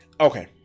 Okay